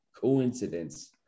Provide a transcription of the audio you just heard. coincidence